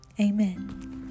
amen